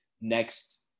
next –